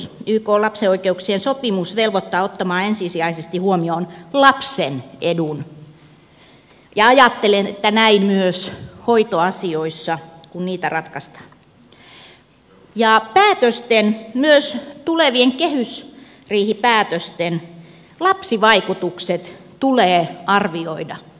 ykn lapsen oikeuksien sopimus velvoittaa ottamaan ensisijaisesti huomioon lapsen edun ja ajattelen että näin myös hoitoasioissa kun niitä ratkaistaan ja päätösten myös tulevien kehysriihipäätösten lapsivaikutukset tulee arvioida